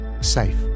safe